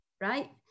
right